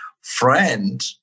friend